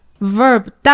verb